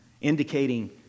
indicating